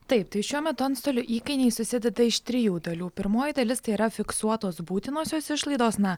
taip tai šiuo metu antstolių įkainiai susideda iš trijų dalių pirmoji dalis tai yra fiksuotos būtinosios išlaidos na